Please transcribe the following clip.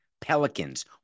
Pelicans